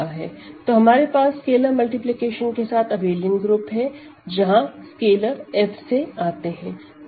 तो हमारे पास स्केलर मल्टीप्लीकेशन के साथ अबेलियन ग्रुप है जहां स्केलर F से आते हैं